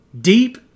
deep